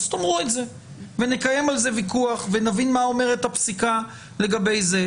אז תאמרו את זה ונקיים על זה ויכוח ונבין מה אומרת הפסיקה לגבי זה.